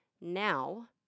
now